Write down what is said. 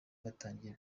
batangiye